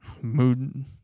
mood